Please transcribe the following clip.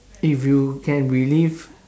if you can relive